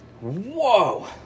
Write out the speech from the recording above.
Whoa